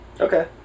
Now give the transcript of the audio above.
Okay